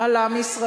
על עם ישראל.